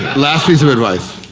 last piece of advice.